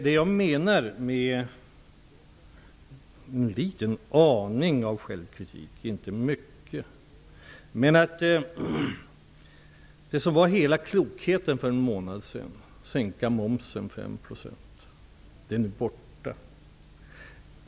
Det jag menar med en liten aning självkritik, inte mycket, är att det som var hela klokheten för en månad sedan, att sänka momsen med 5 %, nu är borta.